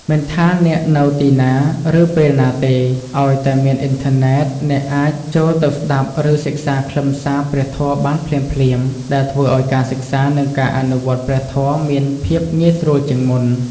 មិនថាអ្នកនៅទីណា ឬពេលណាទេ ឱ្យតែមានអ៊ីនធឺណិត អ្នកអាចចូលទៅស្តាប់ ឬសិក្សាខ្លឹមសារព្រះធម៌បានភ្លាមៗ ដែលធ្វើឱ្យការសិក្សា និងការអនុវត្តព្រះធម៌មានភាពងាយស្រួលជាងមុន។